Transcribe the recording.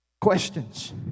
Questions